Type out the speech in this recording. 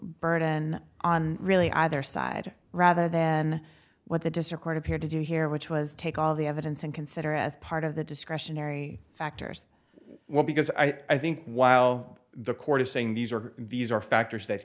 burden on really either side rather then what the district court appeared to do here which was take all the evidence and consider as part of the discretionary factors well because i think while the court is saying these are these are factors that